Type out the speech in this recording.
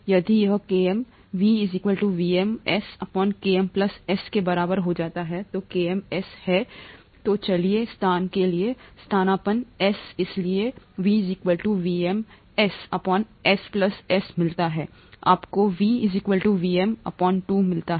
यदि यह Km V VmS Km S के बराबर हो जाता है तो Km S है तो चलिए स्थान के लिए स्थानापन्न S इसलिए आपको V VmS S S मिलता है आपको V Vm 2 मिलता है